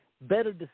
better